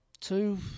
Two